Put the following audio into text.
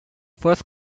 first